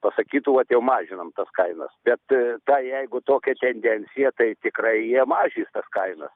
pasakytų vat jau mažinam tas kainas bet tai jeigu tokia tendencija tai tikrai jie mažis tas kainas